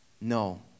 No